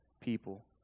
people